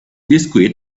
biscuit